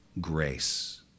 grace